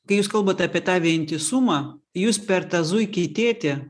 kai jūs kalbat apie tą vientisumą jūs per tą zuikį tėtį